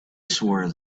swore